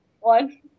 One